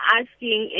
asking